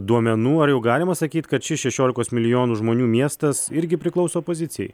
duomenų ar jau galima sakyt kad šis šešiolikos milijonų žmonių miestas irgi priklauso opozicijai